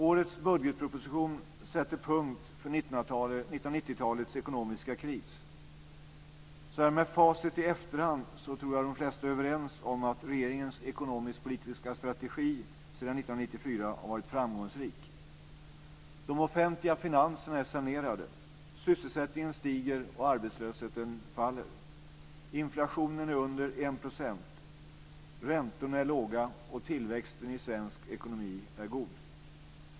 Årets budgetproposition sätter punkt för 1990-talets ekonomiska kris. Så här med facit i efterhand tror jag att de flesta är överens om att regeringens ekonomisk-politiska strategi sedan 1994 har varit framgångsrik. De offentliga finanserna är sanerade. Sysselsättningen stiger och arbetslösheten faller. Inflationen är under 1 %. Räntorna är låga. Tillväxten i svensk ekonomi är god.